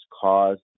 caused